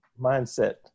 mindset